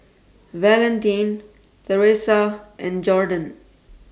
Valentin Teressa and Jordon